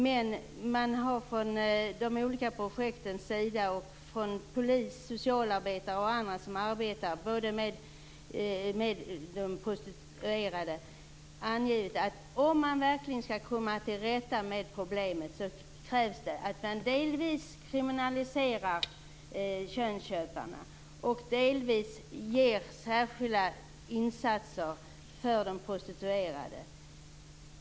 Men man har från de olika projektens sida - polis, socialarbetare och andra som arbetar med de prostituerade - angett att om man verkligen skall komma till rätta med problemet, krävs det dels att man kriminaliserar könsköparna, dels att man gör särskilda insatser för de prostituerade.